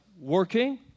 working